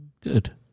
good